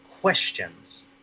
questions